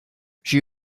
she